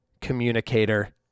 communicator